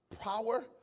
power